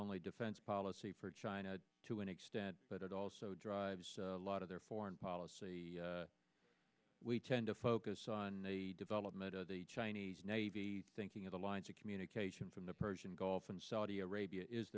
only defense policy for china to an extent but it also drives a lot of their foreign policy we tend to focus on development of the chinese navy thinking of the lines of communication from the persian gulf and saudi arabia is